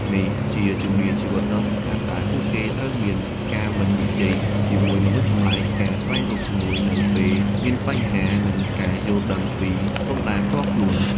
នេះជាជំនាញជីវិតដ៏សំខាន់ដែលពួកគេត្រូវមាន ការមិននិយាយជាមួយមនុស្សចម្លែក ការស្វែងរកជំនួយនៅពេលមានបញ្ហា និងការយល់ដឹងពីព្រំដែនផ្ទាល់ខ្លួន។